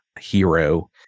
hero